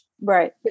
Right